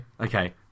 Okay